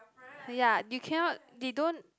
ya you cannot they don't